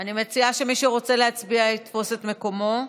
אני מציעה שמי שרוצה להצביע יתפוס את מקומו.